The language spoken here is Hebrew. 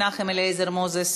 חבר הכנסת מנחם אליעזר מוזס,